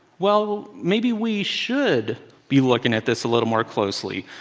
well maybe we should be looking at this a little more closely.